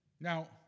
Now